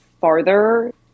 farther